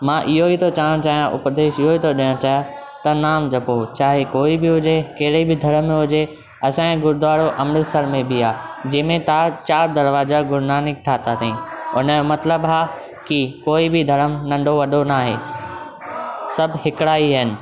मां इहो ई थो चवण चाहियां उपदेश इहो ई थो ॾियणु चाहियां त नाम जपियो चाहे कोई बि हुजे कहिड़े बि धर्म में हुजे असां जे गुरुदवारो अम्रतसर में बि आहे जंहिं में चारि दरवाजा गुरु नानक ठाहिया अथईं हुन जो मतिलब आहे की कोई बि धर्मु नंढो वॾो न आहे सभु हिकिड़ा ई आहिनि